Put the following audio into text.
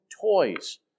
toys